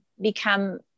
become